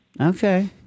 Okay